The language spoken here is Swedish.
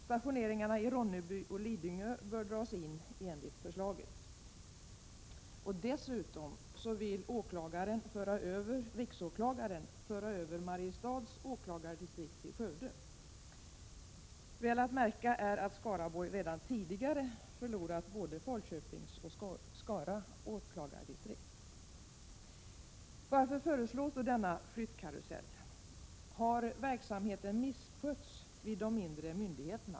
Stationeringarna i Ronneby och Lidingö bör enligt förslaget dras in. Dessutom vill riksåklagaren föra över Mariestads åklagardistrikt till Skövde. Väl att märka är att Skaraborg redan tidigare förlorat både Falköpings och Skara åklagardistrikt. Varför föreslås denna flyttkarusell? Har verksamheten misskötts vid dessa mindre myndigheter?